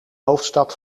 hoofdstad